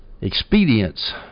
expedience